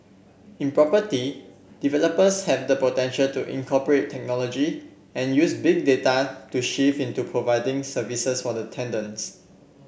in property developers have the potential to incorporate technology and use Big Data to shift into providing services for the tenants